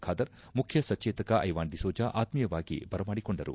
ಖಾದರ್ ಮುಖ್ಯಸಚೇತಕ ಐವನ್ ಡಿಸೋಜಾ ಆತ್ಲೀಯವಾಗಿ ಬರಮಾಡಿಕೊಂಡರು